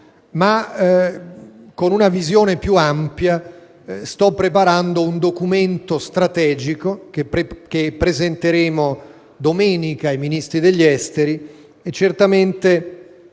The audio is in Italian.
Ma, con una visione più ampia, sto preparando un documento strategico che presenteremo domenica ai Ministri degli esteri, che